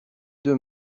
deux